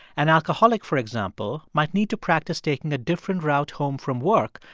an alcoholic, for example, might need to practice taking a different route home from work,